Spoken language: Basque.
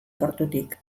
portutik